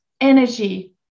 energy